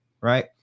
right